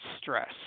stress